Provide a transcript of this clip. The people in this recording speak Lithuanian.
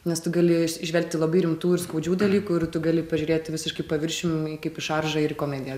nes tu gali žvelgti labai rimtų ir skaudžių dalykų ir tu gali pažiūrėt visiškai paviršium kaip į šaržą ir į komediją